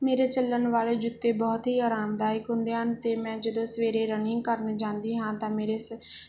ਮੇਰੇ ਚੱਲਣ ਵਾਲੇ ਜੁੱਤੇ ਬਹੁਤ ਹੀ ਆਰਾਮਦਾਇਕ ਹੁੰਦੇ ਹਨ ਅਤੇ ਮੈਂ ਜਦੋਂ ਸਵੇਰੇ ਰਨਿੰਗ ਕਰਨ ਜਾਂਦੀ ਹਾਂ ਤਾਂ ਮੇਰੇ ਸ